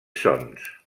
sons